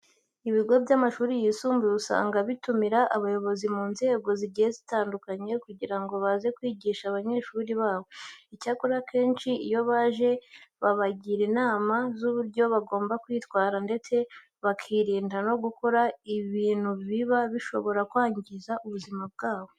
Ibigo by'amashuri yisumbuye usanga bitumira abayobozi mu nzego zigiye zitandukanye kugira ngo baze kwigisha abanyeshuri babo. Icyakora, akenshi iyo baje babagira inama z'uburyo bagomba kwitwara ndetse bakirinda no gukora ibintu biba bishobara kwangiza ubuzima bwabo.